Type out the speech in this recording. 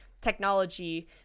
technology